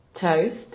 toast